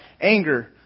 anger